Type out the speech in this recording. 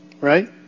Right